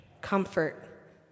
comfort